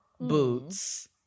boots